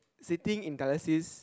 sitting in dialysis